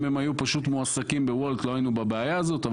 אם הם היו פשוט מועסקים ב- Wolt אז לא היינו בבעיה הזאת,